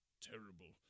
Terrible